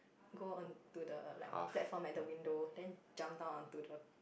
go on to the like platform at the window then jump down on to the